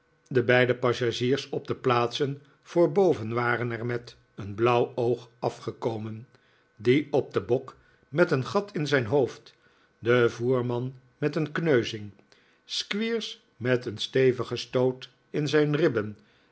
de beide passagiers op de plaatsen voorboven waren er met een blauw oog afgekomen die op den bok met een gat in zijn hoofd de voerman met een kneuzing squeers met een stevigen stoot in zijn ribben